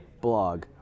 blog